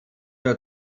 nur